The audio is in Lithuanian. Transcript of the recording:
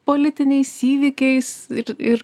politiniais įvykiais ir ir